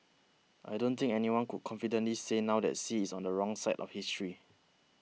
I don't think anyone could confidently say now that Xi is on the wrong side of history